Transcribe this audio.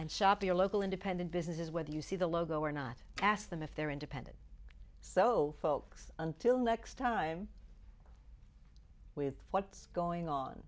and shop your local independent businesses whether you see the logo or not ask them if they're independent so folks until next time with what's going on